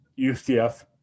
UCF